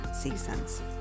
seasons